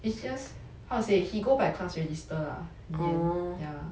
it's just how to say he go by class register in the end